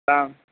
ہاں